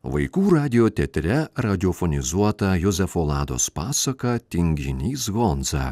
vaikų radijo teatre radiofonizuota jozefo lados pasaka tinginys honza